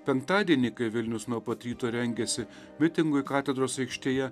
penktadienį kai vilnius nuo pat ryto rengiasi mitingui katedros aikštėje